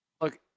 Look